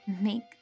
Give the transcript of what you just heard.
make